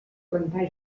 plantar